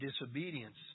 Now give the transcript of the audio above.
disobedience